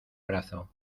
brazo